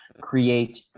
create